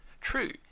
True